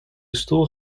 stoel